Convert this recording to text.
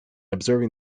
observing